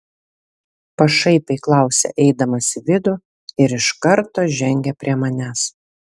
pašaipiai klausia eidamas į vidų ir iš karto žengia prie manęs